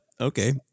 Okay